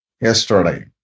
yesterday